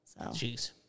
Jeez